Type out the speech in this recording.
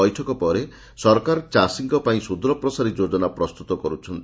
ବୈଠକ ପରେ ସରକାର ଚାଷୀଙ୍କ ପାଇଁ ସୁଦୂରପ୍ରସାରୀ ଯୋଜନା ପ୍ରସ୍ତୁତ କରୁଛନ୍ତି